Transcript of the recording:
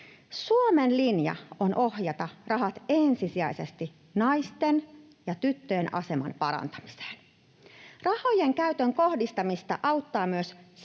Suomen linja on ohjata rahat ensisijaisesti naisten ja tyttöjen aseman parantamiseen. Rahojen käytön kohdistamista auttaa myös